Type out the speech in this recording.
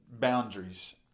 boundaries